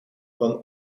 want